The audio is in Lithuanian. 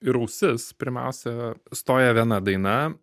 ir ausis pirmiausia stoja viena daina